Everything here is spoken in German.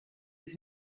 sich